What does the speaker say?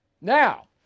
Now